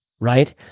right